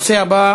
נעבור